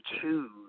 choose